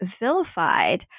vilified